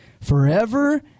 forever